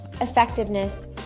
effectiveness